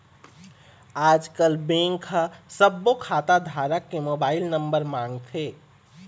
आजकल बेंक ह सब्बो खाता धारक के मोबाईल नंबर मांगथे